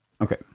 Okay